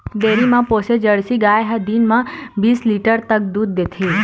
dairy म पोसे jersey गाय ह दिन म बीस लीटर तक दूद देथे